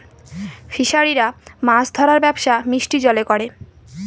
ফিসারিরা মাছ ধরার ব্যবসা মিষ্টি জলে করে